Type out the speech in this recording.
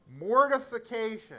Mortification